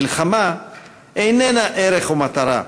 מלחמה איננה ערך או מטרה.